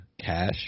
Cash